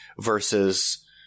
versus